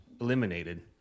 eliminated